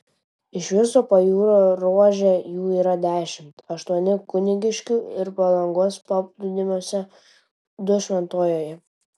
iš viso pajūrio ruože jų yra dešimt aštuoni kunigiškių ir palangos paplūdimiuose du šventojoje